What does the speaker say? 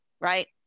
right